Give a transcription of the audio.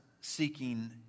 seeking